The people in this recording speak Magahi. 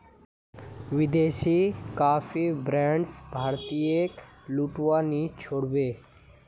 विदेशी कॉफी ब्रांड्स भारतीयेक लूटवा नी छोड़ बे